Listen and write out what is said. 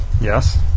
Yes